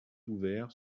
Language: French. ouvert